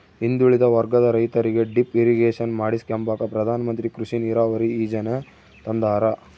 ಹಿಂದುಳಿದ ವರ್ಗದ ರೈತರಿಗೆ ಡಿಪ್ ಇರಿಗೇಷನ್ ಮಾಡಿಸ್ಕೆಂಬಕ ಪ್ರಧಾನಮಂತ್ರಿ ಕೃಷಿ ನೀರಾವರಿ ಯೀಜನೆ ತಂದಾರ